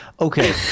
Okay